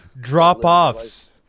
drop-offs